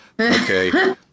okay